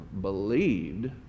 believed